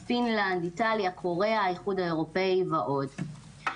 פינלנד, איטליה, קוריאה, האיחוד האירופי ועוד.